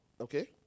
okay